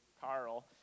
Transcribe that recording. Carl